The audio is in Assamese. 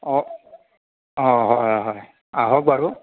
অঁ হয় হয় আহক বাৰু